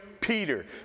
Peter